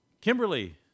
Kimberly